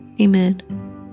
Amen